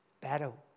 battle